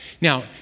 Now